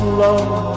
love